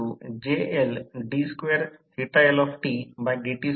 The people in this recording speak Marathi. आता VSC अंतर्गत short circuit condition voltage I 1 Z e1 आहे ज्यात ते 13 आहे